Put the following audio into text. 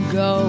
go